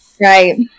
right